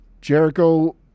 Jericho